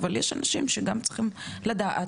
אבל יש אנשים שצריכים לדעת,